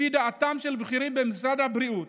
לפי דעתם של בכירים במשרד הבריאות,